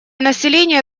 население